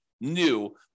new